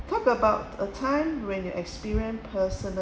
talk about a time when you experience personal